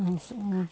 एमहर सुनू ने